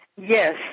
yes